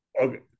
okay